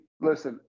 listen